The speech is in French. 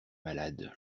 malade